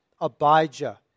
Abijah